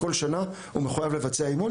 כל שנה הוא מחויב לבצע אימון,